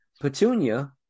Petunia